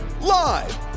Live